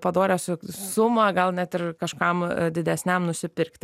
padorią su sumą gal net ir kažkam didesniam nusipirkti